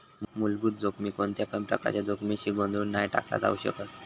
मुलभूत जोखमीक कोणत्यापण प्रकारच्या जोखमीशी गोंधळुन नाय टाकला जाउ शकत